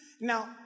Now